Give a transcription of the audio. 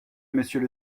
monsieur